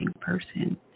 person